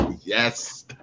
Yes